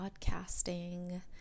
podcasting